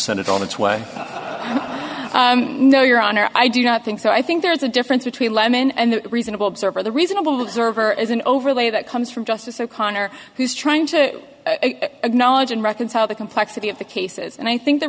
send it on its way no your honor i do not think so i think there's a difference between lemon and reasonable observer the reasonable observer is an overlay that comes from justice o'connor who's trying to acknowledge and reconcile the complexity of the cases and i think the